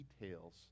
details